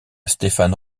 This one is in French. stéphane